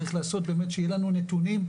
צריך לעשות באמת שיהיו לנו נתונים,